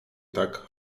tak